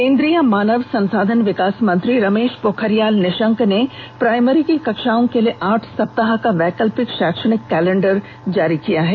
केंद्रीय मानव संसाधन विकास मंत्री रमेश पोखरियाल निशंक ने प्राइमरी की कक्षाओं के लिए आठ सप्ताह का वैकल्पिक शैक्षणिक कैलेंडर जारी किया है